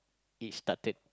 he started